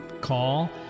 Call